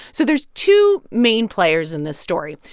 so there's two main players in this story.